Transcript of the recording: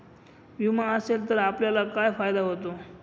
विमा असेल तर आपल्याला काय फायदा होतो?